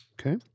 Okay